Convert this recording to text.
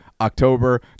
October